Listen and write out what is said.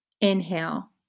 inhale